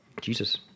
Jesus